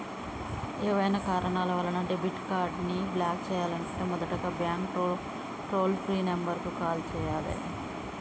ఏవైనా కారణాల వలన డెబిట్ కార్డ్ని బ్లాక్ చేయాలనుకుంటే మొదటగా బ్యాంక్ టోల్ ఫ్రీ నెంబర్ కు కాల్ చేయాలే